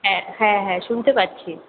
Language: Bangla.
হ্যাঁ হ্যাঁ শুনতে পাচ্ছি